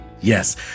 Yes